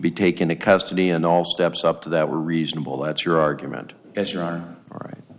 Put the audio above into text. be taken to custody and all steps up to that were reasonable that's your argument as you are right